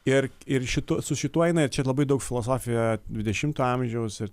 ir ir šitu su šituo eina ir čia labai daug filosofijoje dvidešimto amžiaus ir